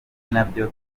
nabyo